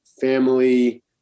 family